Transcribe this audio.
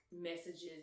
messages